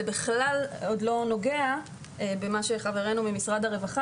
זה עוד לא נוגע במה שחברנו ממשרד הרווחה